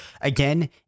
again